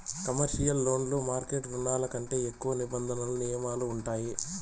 commercial లోన్లు market రుణాల కంటే ఎక్కువ నిబంధనలు నియమాలు ఉంటాయి